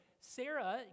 Sarah